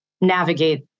navigate